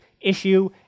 issue